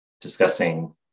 discussing